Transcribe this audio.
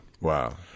Wow